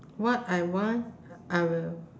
what I want I will